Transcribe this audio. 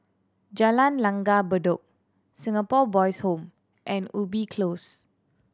Jalan Langgar Bedok Singapore Boys' Home and Ubi Close